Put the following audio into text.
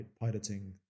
piloting